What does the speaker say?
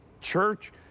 church